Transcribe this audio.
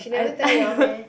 she never tell you all meh